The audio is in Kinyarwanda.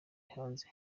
hanze